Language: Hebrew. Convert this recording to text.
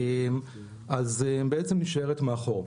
בעצם נשארת מאחור.